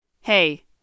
Hey